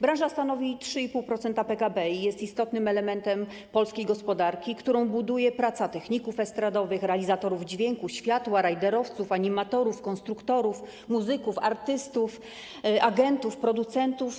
Branża stanowi 3,5% PKB i jest istotnym elementem polskiej gospodarki, którą buduje praca techników estradowych, realizatorów dźwięku, światła, riderowców, animatorów, konstruktorów, muzyków, artystów, agentów, producentów.